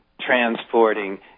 transporting